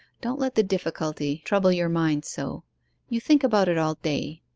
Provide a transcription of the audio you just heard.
don't let the difficulty trouble your mind so you think about it all day.